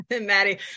Maddie